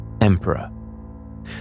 Emperor